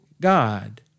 God